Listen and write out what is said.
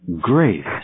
Grace